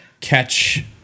catch